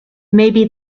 maybe